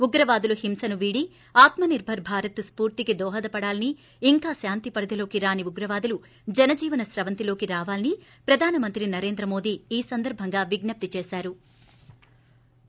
ఉగ్రవాదులు హింసను వీడి ఆత్మనిర్సర్ భారత్ స్పూర్తికి దోహదపడాలని ఇంకా శాంతి పరిధిలోకి రాని ఉగ్రవాదులు జనజీవన స్రవంతిలోకి రావాలని ప్రధానమంత్రి నరేంద్ర మోడీ ఈ సందర్భంగా విజ్ఞప్తి చేశారు